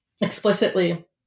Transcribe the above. explicitly